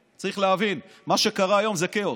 צריך להבין: מה שקרה היום זה כאוס,